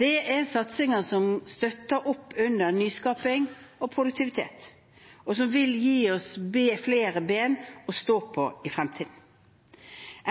Det er satsinger som støtter opp under nyskaping og produktivitet, og som vil gi oss flere ben å stå på i fremtiden.